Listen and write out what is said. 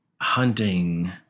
hunting